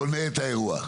בונה את האירוע.